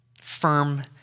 firm